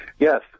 Yes